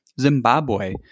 zimbabwe